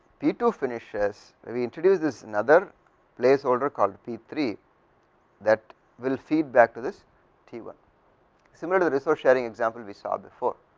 p two finishes we introduces in other place called p three that will feedback to this t one similar, the resource sharing example we saw before,